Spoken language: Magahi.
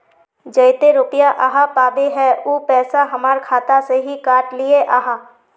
जयते रुपया आहाँ पाबे है उ पैसा हमर खाता से हि काट लिये आहाँ?